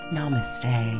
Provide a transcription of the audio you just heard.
Namaste